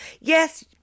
yes